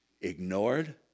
ignored